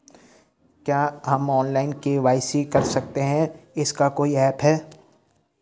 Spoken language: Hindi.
क्या हम ऑनलाइन के.वाई.सी कर सकते हैं इसका कोई ऐप है?